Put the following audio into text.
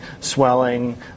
swelling